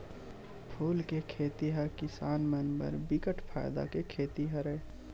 फूल के खेती ह किसान मन बर बिकट फायदा के खेती हरय